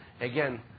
again